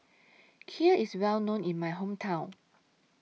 Kheer IS Well known in My Hometown